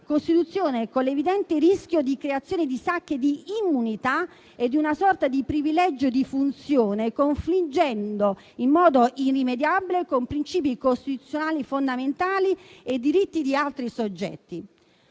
Costituzione, con l'evidente rischio di creare sacche di immunità e una sorta di privilegio di funzione, confliggendo in modo irrimediabile con i principi costituzionali fondamentali e i diritti di altri soggetti.